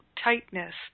tightness